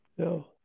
No